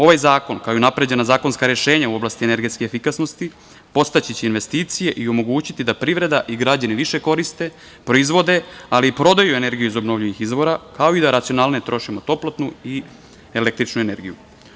Ovaj zakon, kao i unapređena zakonska rešenja u oblasti energetske efikasnosti, podstaći će investicije i omogućiti da privreda i građani više koriste, proizvode, ali i prodaju energiju iz obnovljivih izvora, kao i da racionalnije trošimo toplotnu i električnu energiju.